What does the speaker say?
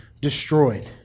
destroyed